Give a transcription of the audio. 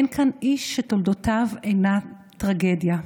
אין כאן איש שתולדותיו אינה טרגדיה.